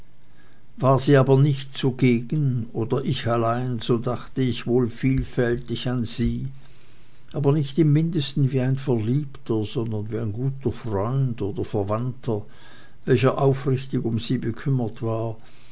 war sie aber nicht zugegen oder ich allein so dachte ich wohl vielfältig an sie aber nicht im mindesten wie ein verliebter sondern wie ein guter freund oder verwandter welcher aufrichtig um sie bekümmert war